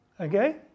Okay